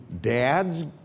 dads